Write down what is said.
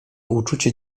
uczucie